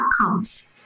outcomes